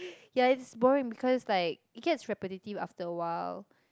ya it's boring because like it gets repetitive after awhile